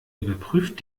überprüft